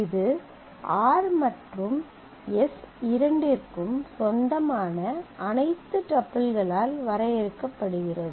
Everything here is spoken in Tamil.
இது r மற்றும் s இரண்டிற்கும் சொந்தமான அனைத்து டப்பிள்களால் வரையறுக்கப்படுகிறது